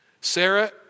Sarah